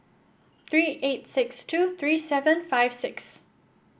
three eight six two three seven five six